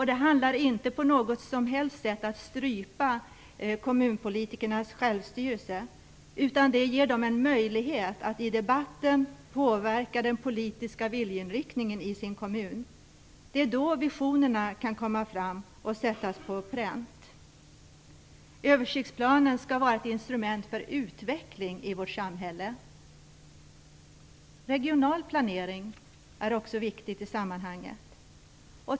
Det handlar inte om att strypa kommunernas självstyrelse, utan det ger kommunalpolitikerna en möjlighet att i debatten påverka den politiska viljeinriktningen i sin kommun. Det är då visionerna kan komma fram och sättas på pränt. Översiktsplanen skall vara ett instrument för utveckling i vårt samhälle. Regional planering är också viktigt i sammanhanget.